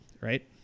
right